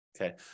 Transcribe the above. okay